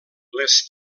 les